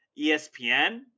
ESPN